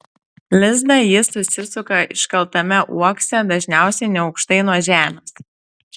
lizdą ji susisuka iškaltame uokse dažniausiai neaukštai nuo žemės